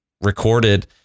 recorded